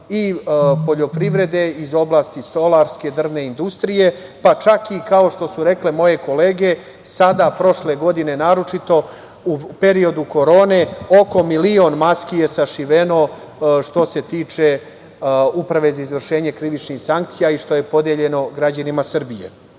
i poljoprivrede, stolarske, drvne industrije, pa čak i kao što su rekle moje kolege, sada, prošle godine naročito, u periodu korone, oko milion maski je sašiveno što se tiče Uprave za izvršenje krivičnih sankcija i što je podeljeno građanima Srbije. Pored